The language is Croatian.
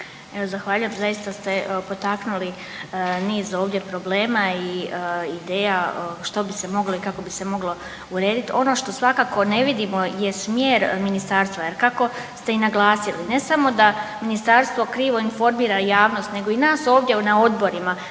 zahvaljujem … što ste potaknuli niz ovdje problema i ideja što bi se moglo i kako bi se moglo urediti. Ono što svakako ne vidimo je smjer ministarstva jer kako ste i naglasili, ne samo da ministarstvo krivo informira javnost nego i nas ovdje na odborima.